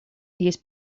есть